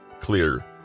CLEAR